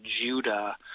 Judah